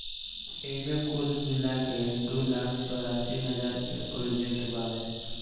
एईमे कुल मिलाके दू लाख चौरासी हज़ार के प्रोजेक्ट बावे